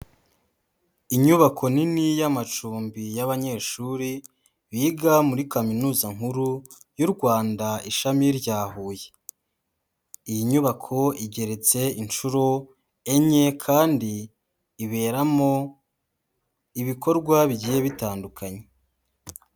Inyubako nini y'amacumbi y'abanyeshuri biga muri kaminuza nkuru y'u Rwanda ishami rya Huye, iyi nyubako igereretse inshuro enye kandi iberamo ibikorwa bigiye bitandukanye.